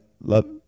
love